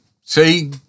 see